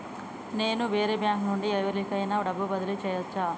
నేను వేరే బ్యాంకు నుండి ఎవలికైనా డబ్బు బదిలీ చేయచ్చా?